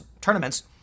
tournaments